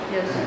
Yes